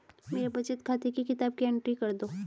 मेरे बचत खाते की किताब की एंट्री कर दो?